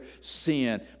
sin